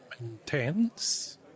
intense